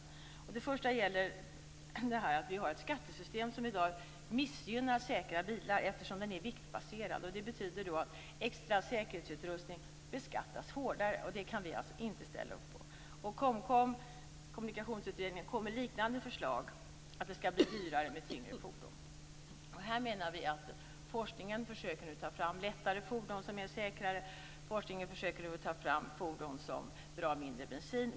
Först och främst gäller det att vi har ett skattesystem som i dag missgynnar säkra bilar, eftersom det är viktbaserat. Det betyder att extra säkerhetsutrustning beskattas hårdare. Det kan vi inte ställa upp på. Kommunikationsutredningen, KOMKOM, kom med liknande förslag om att det skall bli dyrare med tyngre fordon. Forskningen försöker nu ta fram lättare fordon som är säkrare och fordon som drar mindre bensin.